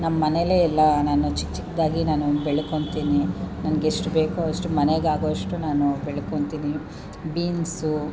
ನಮ್ಮ ಮನೇಲೆ ಎಲ್ಲ ನಾನು ಚಿಕ್ಕ ಚಿಕ್ಕದಾಗಿ ನಾನು ಬೆಳ್ಕೊತೀನಿ ನನಗೆಷ್ಟು ಬೇಕೋ ಅಷ್ಟು ಮನೆಗಾಗೋವಷ್ಟು ನಾನು ಬೆಳ್ಕೊತೀನಿ ಬೀನ್ಸು